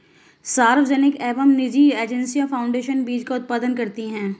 सार्वजनिक एवं निजी एजेंसियां फाउंडेशन बीज का उत्पादन करती है